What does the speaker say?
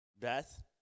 Beth